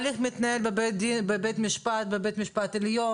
פשוט סירבו להכניס אותנו.